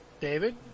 David